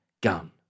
gun